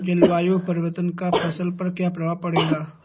जलवायु परिवर्तन का फसल पर क्या प्रभाव पड़ेगा?